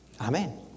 Amen